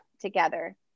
together